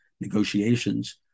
negotiations